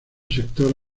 sector